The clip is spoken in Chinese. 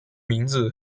名字